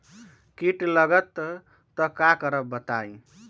कीट लगत त क करब बताई?